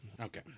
Okay